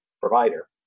provider